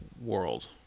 world